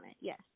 Yes